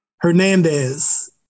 Hernandez